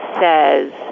says